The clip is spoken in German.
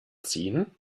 ziehen